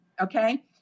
Okay